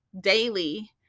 daily